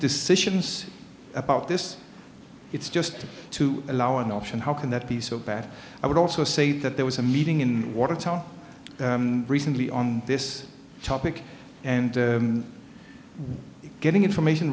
decisions about this it's just to allow an option how can that be so bad i would also say that there was a meeting in watertown recently on this topic and getting information